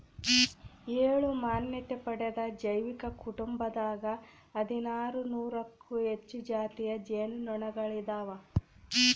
ಏಳು ಮಾನ್ಯತೆ ಪಡೆದ ಜೈವಿಕ ಕುಟುಂಬದಾಗ ಹದಿನಾರು ನೂರಕ್ಕೂ ಹೆಚ್ಚು ಜಾತಿಯ ಜೇನು ನೊಣಗಳಿದಾವ